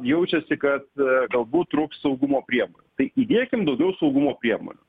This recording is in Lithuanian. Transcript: jaučiasi kad galbūt trūks saugumo priemonių tai įdėkim daugiau saugumo priemonių